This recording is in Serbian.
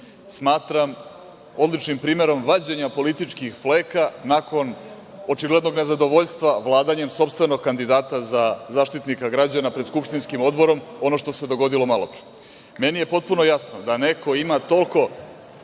Smatram odličnim primerom vađenja političkih fleka nakon očiglednog nezadovoljstva vladanjem sopstvenog kandidata za Zaštitnika građana pred skupštinskim Odborom, ono što se dogodilo malopre. Meni je potpuno jasno da neko ima toliko